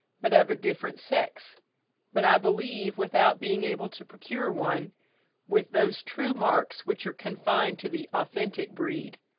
but of a different sex but i believe without being able to procure one with those true marks which are confined to the authentic breed.